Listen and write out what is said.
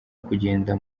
kugenda